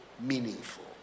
meaningful